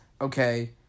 okay